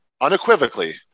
unequivocally